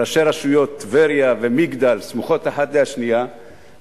ראשי הרשויות טבריה ומגדל סמוכות אחת לשנייה,